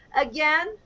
again